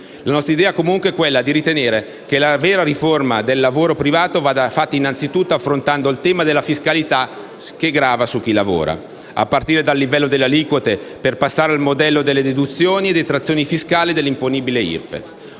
La nostra idea, comunque, è ritenere che la vera riforma del lavoro privato vada fatta innanzitutto affrontando il tema della fiscalità che grava su chi lavora, a partire dal livello dalle aliquote, per passare al modello delle deduzioni e detrazioni fiscali dall’imponibile IRPEF.